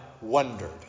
wondered